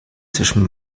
zwischen